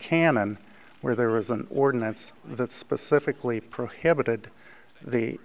hanan where there was an ordinance that specifically prohibited the